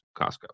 Costco